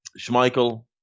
Schmeichel